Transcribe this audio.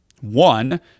one